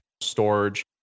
storage